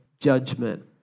judgment